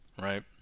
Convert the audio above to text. right